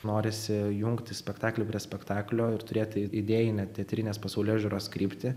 norisi jungti spektaklį prie spektaklio ir turėti i idėjinę teatrinės pasaulėžiūros kryptį